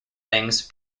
things